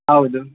ಹೌದು